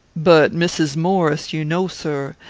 but mrs. maurice, you know, sir,